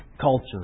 culture